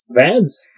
fans